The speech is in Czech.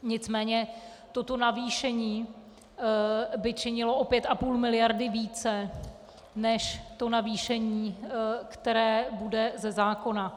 Nicméně toto navýšení by činilo o 5,5 mld. více než to navýšení, které bude ze zákona.